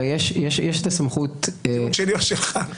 הרי, יש את הסמכות --- סמכות שלי או שלך?